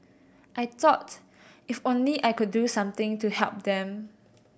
I thought if only I could do something to help them